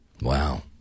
Wow